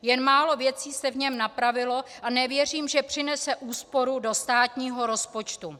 Jen málo věcí se v něm napravilo a nevěřím, že přinese úsporu do státního rozpočtu.